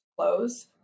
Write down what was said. close